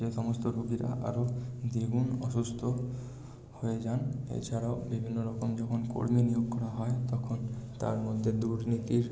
এই সমস্ত রুগিরা আরও দ্বিগুণ অসুস্থ হয়ে যান এছাড়াও বিভিন্ন রকম যখন কর্মী নিয়োগ করা হয় তখন তার মধ্যে দুর্নীতির